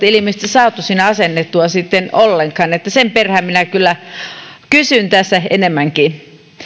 ilmeisesti saatu sinne asennettua sitten ollenkaan eli sen perään minä kyllä kysyn tässä enemmänkin